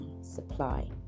supply